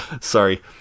sorry